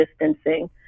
distancing